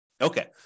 Okay